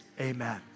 amen